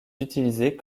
utilisée